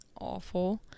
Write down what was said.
awful